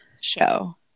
show